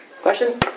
Question